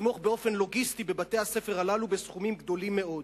לתמוך באופן לוגיסטי בבתי-הספר הללו בסכומים גדולים מאוד.